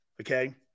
Okay